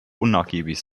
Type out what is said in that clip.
unnachgiebig